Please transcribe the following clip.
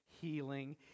healing